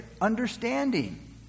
Understanding